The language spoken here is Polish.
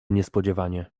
niespodziewanie